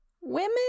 women